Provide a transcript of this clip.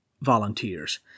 Volunteers